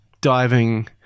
diving